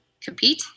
compete